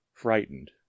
frightened